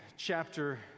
chapter